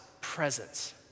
presence